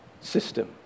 system